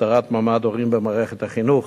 הסדרת מעמד הורים במערכת החינוך,